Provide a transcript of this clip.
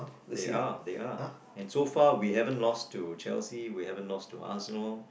they are they are and so far we haven't lost to Chelsea we haven't lost to Arsenal